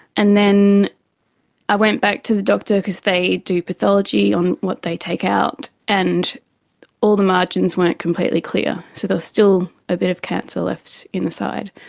and then i went back to the doctor because they do pathology on what they take out, and all the margins weren't completely clear. so there was still a bit of cancer left in the side.